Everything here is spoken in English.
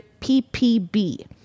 ppb